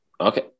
okay